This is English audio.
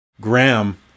Graham